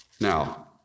Now